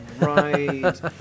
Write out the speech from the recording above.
right